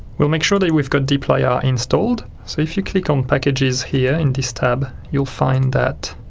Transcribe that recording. we'll make sure that we've got dplyr installed so if you click on packages here in this tab you'll find that